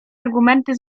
argumenty